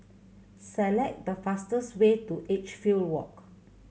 select the fastest way to Edgefield Walk